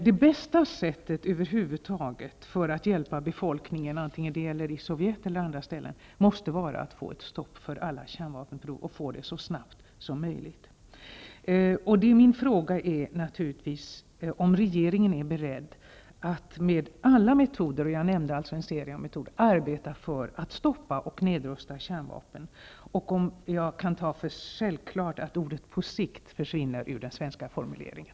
Det bästa sättet över huvud taget för att hjälpa befolkningen, i Sovjet eller på andra ställen, måste vara att få ett stopp för alla kärnvapenprov, och få det så snabbt som möjligt. Min fråga är naturligtvis om regeringen är beredd att med alla metoder -- och jag nämnde alltså en serie metoder -- arbeta för att stoppa och nedrusta kärnvapen, och om jag kan betrakta det som självklart att orden ''på sikt'' försvinner ur den svenska formuleringen.